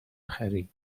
خری